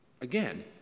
again